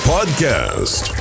Podcast